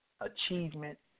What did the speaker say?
Achievement